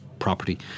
property